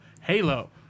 Halo